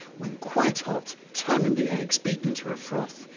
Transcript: when quite hot, turn in the eggs beaten to a froth,